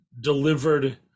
delivered